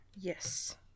Yes